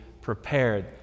prepared